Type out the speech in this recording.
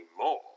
more